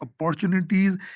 opportunities